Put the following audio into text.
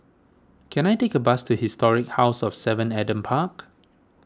can I take a bus to Historic House of Seven Adam Park